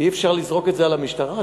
אי-אפשר לזרוק את זה על המשטרה,